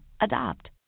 Adopt